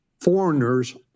foreigners